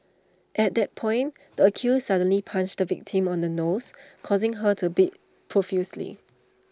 at that point the accused suddenly punched the victim on the nose causing her to bleed profusely